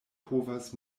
povas